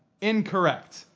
Incorrect